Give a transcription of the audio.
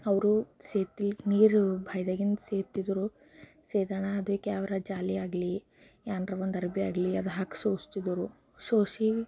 ಅವರೂ ಸೇದಿಲ್ಗ್ ನೀರು ಭಾಯ್ದಗಿಂದು ಸೇದ್ತಿದ್ರು ಸೇದೋಣ ಅದಕ್ಕೆ ಅವರ ಜಾಲಿ ಆಗಲಿ ಏನಾರ ಒಂದು ಅರ್ಬಿ ಆಗಲಿ ಅದು ಹಾಕಿ ಸೋಸ್ತಿದ್ದರು ಸೋಸಿ